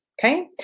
Okay